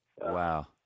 Wow